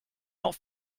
not